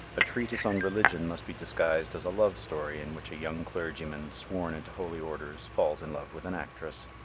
a treatise on religion must be disguised as a love story in which a young clergyman, sworn into holy orders, falls in love with an actress.